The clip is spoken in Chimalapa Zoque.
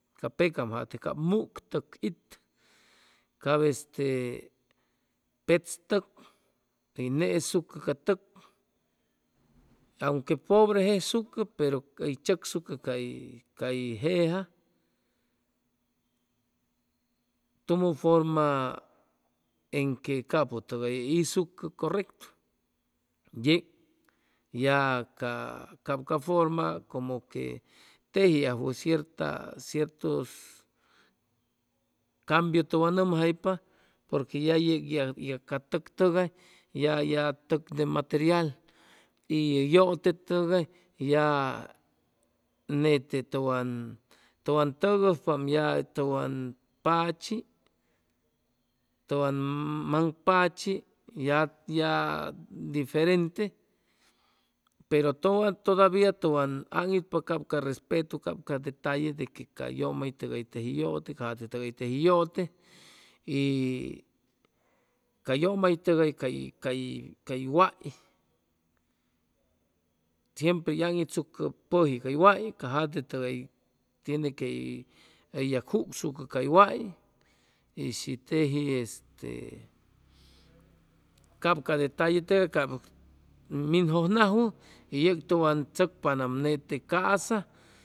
Ca pecam jate ca muutʉk itʉ cap este petz'tʉk hʉy nesucʉ ca tʉk, aunque pobre jesuco pero hʉy chʉcsucʉ cay jeja tumʉ forma en que capʉtʉgay hʉy isucʉ correctu yeg ya cap ca forma como que teji ajwʉ cierta ciertus cambiu tʉwan nʉmjaypa porque ya yeg ca tʉk tʉgay ya ya tʉk de material y yʉte tʉgay ya nete tʉwan tʉwan tʉgʉjpaam ya tʉwan pachi tʉwan maŋpachi ya ya diferente pero todavia tʉwn aŋitpa cap ca respetu cap ca detalle de ca yʉmaytʉgay teji hʉy yʉte ca jate tʉgay teji hʉy yʉte y ca yʉmaytʉgay cay cay cay hʉy way siempre hʉy aŋitsucʉ pʉjiŋ ca way ca jate tʉgay tiene que hʉy yagjusucʉ cay way y shi teji este cap ca detalle tʉgay cap minjʉjnajwʉ y yeg tʉwan chʉcpanam nete ca'sa